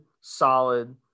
solid